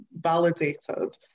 validated